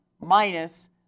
minus